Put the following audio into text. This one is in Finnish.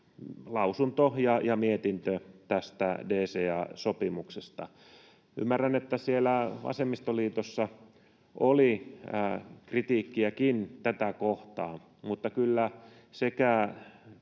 lausunto ja mietintö tästä DCA-sopimuksesta. Ymmärrän, että siellä vasemmistoliitossa oli kritiikkiäkin tätä kohtaan, mutta kyllä